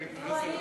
תישארי.